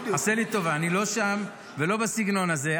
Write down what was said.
עשה לי טובה, אני לא שם ולא בסגנון הזה.